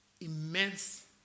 immense